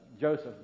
Joseph